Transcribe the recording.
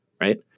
Right